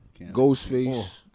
Ghostface